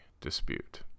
dispute